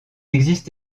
existe